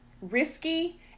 risky